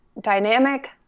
dynamic